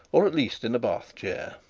or at least in a bath-chair.